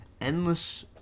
endless